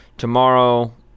tomorrow